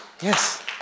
Yes